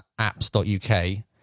apps.uk